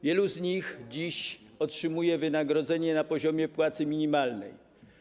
Wielu z nich dziś otrzymuje wynagrodzenie na poziomie płacy minimalnej.